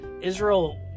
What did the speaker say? Israel